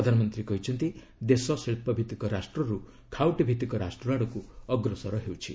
ପ୍ରଧାନମନ୍ତ୍ରୀ କହିଛନ୍ତି ଦେଶ ଶିଳ୍ପଭିଭିକ ରାଷ୍ଟ୍ରରୁ ଖାଉଟୀ ଭିଭିକ ରାଷ୍ଟ୍ରଆଡକୁ ଅଗ୍ରସର ହେଉଛି